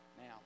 now